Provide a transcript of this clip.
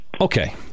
Okay